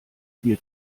viel